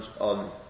on